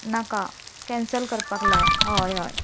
नाका कँसल करपाक लाय हय हय